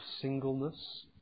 singleness